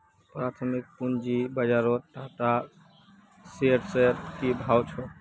प्राथमिक पूंजी बाजारत टाटा शेयर्सेर की भाव छ